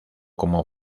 como